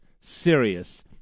serious